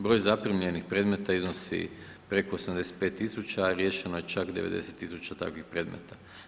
Broj zaprimljenih predmeta iznosi preko 85 000, riješeno je čak 90 000 takvih predmeta.